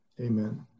Amen